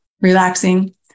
relaxing